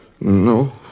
No